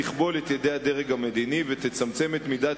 תכבול את ידי הדרג המדיני ותצמצם את מידת